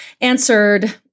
answered